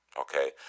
Okay